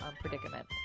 predicament